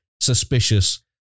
suspicious